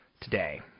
today